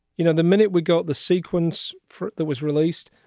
you know, the minute we got the sequence for that was released,